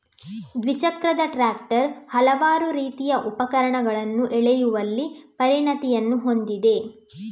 ದ್ವಿಚಕ್ರದ ಟ್ರಾಕ್ಟರ್ ಹಲವಾರು ರೀತಿಯ ಉಪಕರಣಗಳನ್ನು ಎಳೆಯುವಲ್ಲಿ ಪರಿಣತಿಯನ್ನು ಹೊಂದಿದೆ